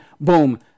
boom